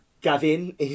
Gavin